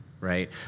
right